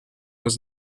was